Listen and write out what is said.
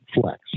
flex